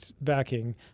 backing